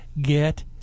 get